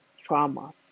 trauma